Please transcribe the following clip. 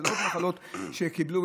ולא עוד מחלות שקיבלו.